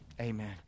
Amen